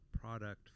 product